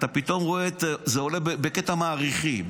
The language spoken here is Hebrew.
אתה פתאום רואה שזה עולה בקטע מעריכי,